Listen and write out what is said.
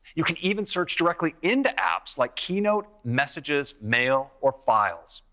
you can even search directly into apps like keynote, messages, mail or files.